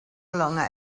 longer